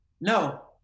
No